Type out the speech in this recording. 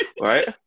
right